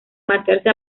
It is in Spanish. marcharse